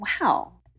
wow